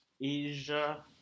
Asia